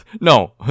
No